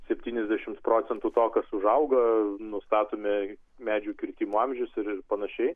septyniasdešimt procentų to kas užauga nustatome medžių kirtimo amžius ir panašiai